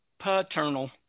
paternal